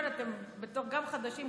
אתם גם חדשים,